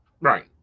Right